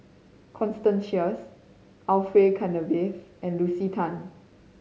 Constance Sheares Orfeur Cavenagh and Lucy Tan